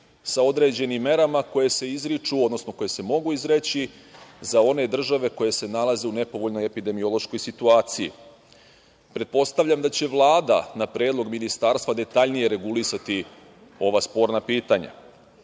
sa određenim merama koje se izriču, odnosno koje se mogu izreći za one države koje se nalaze u nepovoljnoj epidemiološkoj situaciji. Pretpostavljam da će Vlada, na predlog Ministarstva, detaljnije regulisati ova sporna pitanja. Isto